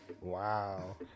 Wow